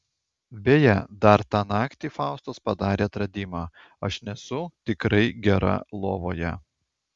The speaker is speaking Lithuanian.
beje dar tą naktį faustas padarė atradimą aš nesu tikrai gera lovoje